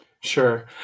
Sure